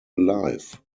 life